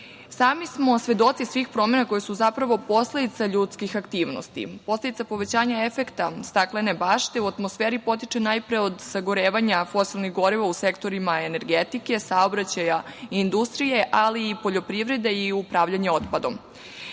Sami smo svedoci svih promena koje su zapravo posledica ljudskih aktivnosti. Posledica povećanja efekta staklene bašte u atmosferi potiče najpre od sagorevanja fosilnih goriva u sektorima energetike, saobraćaja i industrije, ali i poljoprivrede i u upravljanju otpadom. Kako